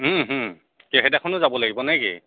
কি সেইদিনাখনো যাব লাগিব নে কি